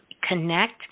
connect